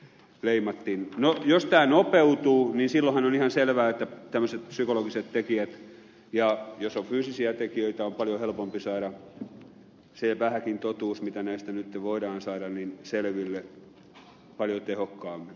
no jos tämä nopeutuu niin silloinhan on ihan selvä että tämmöisistä psykologisista tekijöistä ja jos on fyysisiä tekijöitä on paljon helpompi saada se vähäkin totuus joka näistä nyt voidaan saada selville paljon tehokkaammin